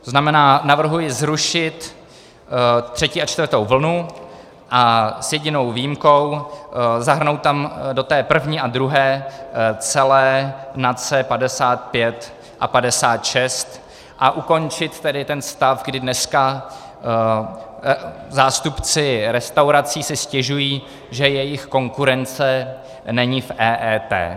To znamená, navrhuji zrušit třetí a čtvrtou vlnu a s jedinou výjimkou zahrnout tam do té první a druhé celé NACE 55 a 56 a ukončit tedy stav, kdy dneska zástupci restaurací si stěžují, že jejich konkurence není v EET.